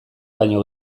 baino